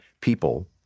people